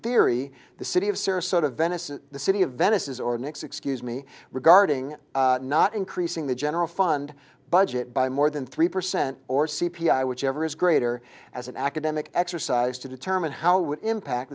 theory the city of sarasota venice and the city of venice or next excuse me regarding not increasing the general fund budget by more than three percent or c p i whichever is greater as an academic exercise to determine how would it impact